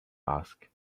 asked